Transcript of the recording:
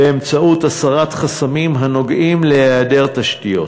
באמצעות הסרת חסמים הנוגעים להיעדר תשתיות.